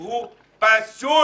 שהוא פסול.